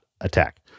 Attack